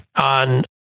on